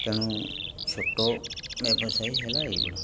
ତେଣୁ ଛୋଟ ବ୍ୟବସାୟୀ ହେଲା ଏଇଗୁଡ଼ା